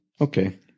Okay